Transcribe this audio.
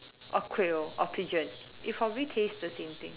or quail or pigeon it will probably taste the same thing